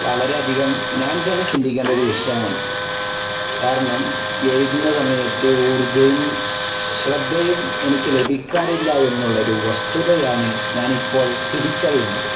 വളരെയധികം ഞാൻ തന്നെ ചിന്തിക്കേണ്ട ഒരു വിഷയമാണ് കാരണം എഴുതുന്ന സമയത്ത് ഊർജ്ജയും ശ്രദ്ധയും എനിക്ക് ലഭിക്കാറില്ല എന്നുള്ളൊരു വസ്തുതയാണ് ഞാനിപ്പോൾ തിരിച്ചറിയുന്നത്